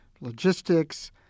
logistics